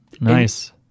Nice